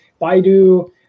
Baidu